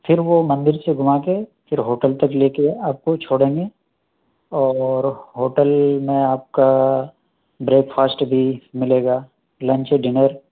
پھر وہ مندر سے گھما کے پھر ہوٹل تک لے کے آپ کو چھوڑیں گے اور ہوٹل میں آپ کا بریکفاسٹ بھی ملے گا لنچ ڈنر